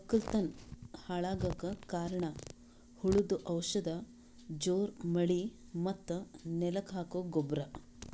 ವಕ್ಕಲತನ್ ಹಾಳಗಕ್ ಕಾರಣ್ ಹುಳದು ಔಷಧ ಜೋರ್ ಮಳಿ ಮತ್ತ್ ನೆಲಕ್ ಹಾಕೊ ಗೊಬ್ರ